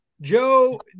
Joe